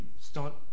start